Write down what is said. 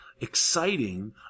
exciting